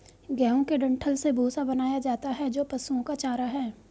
गेहूं के डंठल से भूसा बनाया जाता है जो पशुओं का चारा है